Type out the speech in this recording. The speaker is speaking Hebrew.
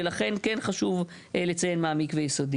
ולכן כן חשוב לציין "מעמיק ויסודי".